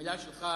ומלה שלך